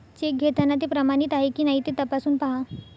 check घेताना ते प्रमाणित आहे की नाही ते तपासून पाहा